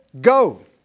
go